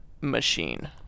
Machine